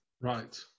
right